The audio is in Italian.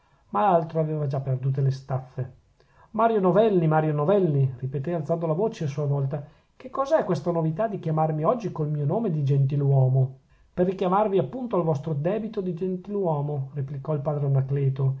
ma l'altro aveva già perdute le staffe mario novelli mario novelli ripetè alzando la voce a sua volta che cosa è questa novità di chiamarmi oggi col mio nome di gentiluomo per richiamarvi appunto al vostro debito di gentiluomo replicò il padre